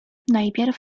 najpierw